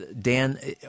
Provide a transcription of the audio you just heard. Dan